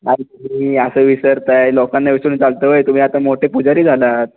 काय गुरुजी असं विसरताय लोकांना विसरून चालतं होय तुम्ही आता मोठे पुजारी झालात